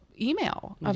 email